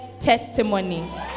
testimony